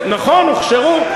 הוכשרו,